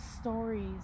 stories